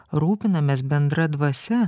rūpinamės bendra dvasia